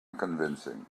unconvincing